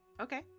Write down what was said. okay